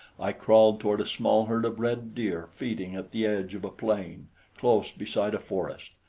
i crawled toward a small herd of red deer feeding at the edge of a plain close beside a forest.